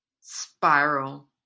spiral